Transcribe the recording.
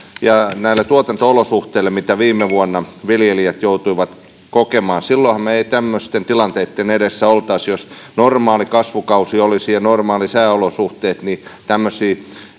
ja tuotanto olosuhteille mitä viime vuonna viljelijät joutuivat kokemaan silloinhan me emme tämmöisten tilanteitten edessä olisi jos olisi normaali kasvukausi ja normaalit sääolosuhteet niin tämmöisiä